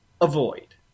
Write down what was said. avoid